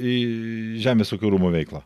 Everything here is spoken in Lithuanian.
į žemės ūkio rūmų veiklą